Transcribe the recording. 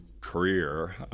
career